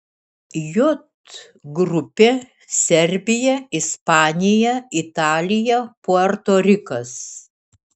j grupė serbija ispanija italija puerto rikas